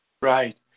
Right